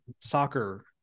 soccer